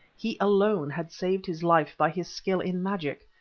he alone had saved his life by his skill in magic,